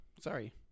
Sorry